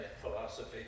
philosophy